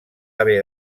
haver